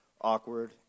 awkward